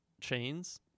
chains